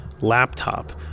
Laptop